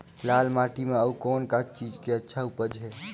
लाल माटी म अउ कौन का चीज के अच्छा उपज है?